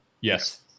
Yes